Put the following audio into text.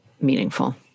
meaningful